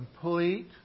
complete